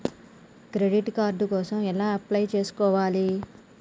Credit card కోసం ఎలా apply చేసుకోవాలి?